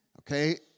Okay